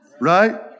Right